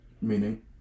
Meaning